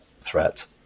threat